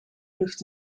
lucht